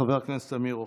חבר הכנסת אמיר אוחנה.